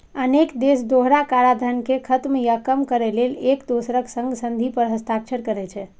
अनेक देश दोहरा कराधान कें खत्म या कम करै लेल एक दोसरक संग संधि पर हस्ताक्षर करै छै